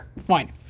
fine